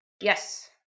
Yes